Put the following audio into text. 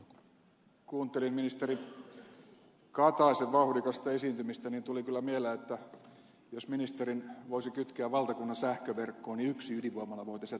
kun kuuntelin ministeri kataisen vauhdikasta esiintymistä niin tuli kyllä mieleen että jos ministerin voisi kytkeä valtakunnan sähköverkkoon niin yksi ydinvoimala voitaisiin jättää rakentamatta